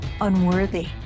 unworthy